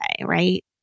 right